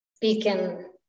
beacon